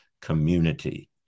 community